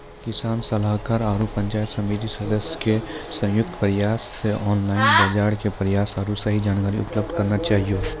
किसान सलाहाकार आरु पंचायत समिति सदस्य के संयुक्त प्रयास से ऑनलाइन बाजार के प्रसार आरु सही जानकारी उपलब्ध करना चाहियो?